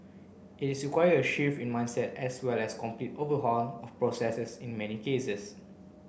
it is require a shift in mindset as well as complete overhaul of processes in many cases